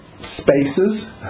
spaces